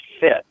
fit